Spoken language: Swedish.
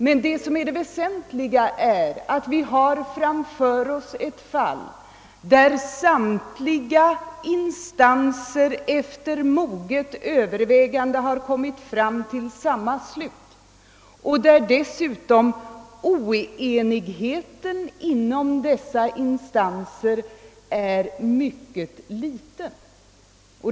Men det väsentliga är att vi framför oss har ett fall där samtliga instanser efter moget övervägande har kommit fram till samma slutsats, och det med ganska stor enighet.